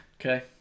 Okay